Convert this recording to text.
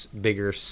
bigger